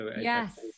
Yes